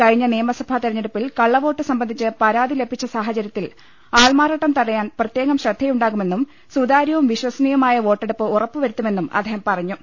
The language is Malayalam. കഴിഞ്ഞ നിയമസഭാ തിരഞ്ഞെടുപ്പിൽ കള്ളവോട്ട് സംബന്ധിച്ച് പരാതി ലഭിച്ച സാഹചര്യത്തിൽ ആൾമാറാട്ടം തടയാൻ പ്രത്യേകം ശ്രദ്ധ യുണ്ടാകുമെന്നും സുതാര്യവും വിശ്വസനീയവുമായ വോട്ടെടുപ്പ് ഉറപ്പുവ രുത്തുമെന്നും അദ്ദേഹം പറഞ്ഞു